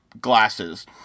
glasses